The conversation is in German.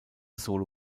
solo